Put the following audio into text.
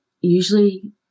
Usually